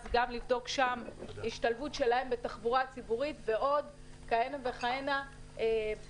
אז גם לבדוק שם השתלבות שלהם בתחבורה ציבורית ועוד כהנה וכהנה פתרונות